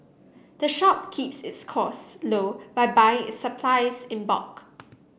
the shop keeps its costs low by buying its supplies in bulk